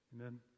Amen